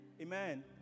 Amen